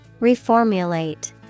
Reformulate